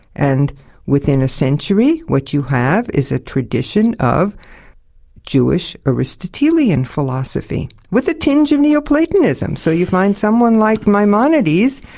and within a century, what you have is a tradition of jewish aristotelian philosophy, with a tinge of neo-platonism, so you find someone like maimonides.